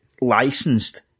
licensed